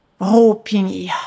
hoping